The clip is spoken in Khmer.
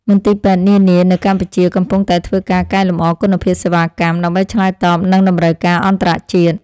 មន្ទីរពេទ្យនានានៅកម្ពុជាកំពុងតែធ្វើការកែលម្អគុណភាពសេវាកម្ម ដើម្បីឆ្លើយតបនឹងតម្រូវការអន្តរជាតិ។